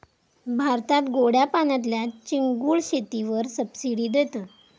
भारतात गोड्या पाण्यातल्या चिंगूळ शेतीवर सबसिडी देतत